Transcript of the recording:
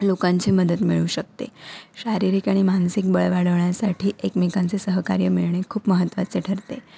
लोकांची मदत मिळू शकते शारीरिक आणि मानसिक बळ वाढवण्यासाठी एकमेकांचे सहकार्य मिळणे खूप महत्त्वाचे ठरते